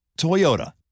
Toyota